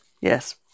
Yes